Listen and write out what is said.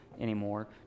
anymore